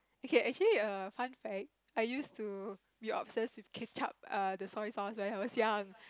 okay actually err fun fact I used to be obsessed with ketchup err the soy sauce when I was young